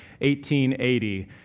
1880